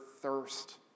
thirst